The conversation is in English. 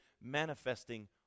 manifesting